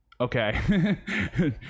Okay